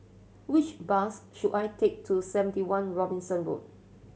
which bus should I take to Seventy One Robinson Road